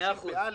שנת תשפ"א,